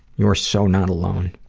you're so not alone.